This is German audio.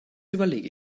überlege